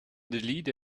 delete